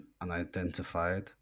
unidentified